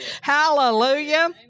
Hallelujah